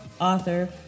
Author